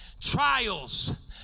Trials